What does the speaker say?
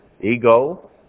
ego